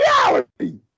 reality